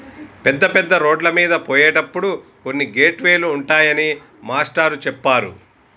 పెద్ద పెద్ద రోడ్లమీద పోయేటప్పుడు కొన్ని గేట్ వే లు ఉంటాయని మాస్టారు చెప్పారు